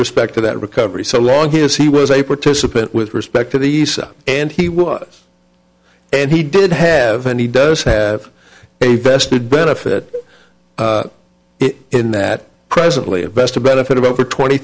respect to that recovery so long his he was a participant with respect to these and he was and he did have and he does have a vested benefit in that presently at best a benefit of over twenty